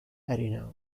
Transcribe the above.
arena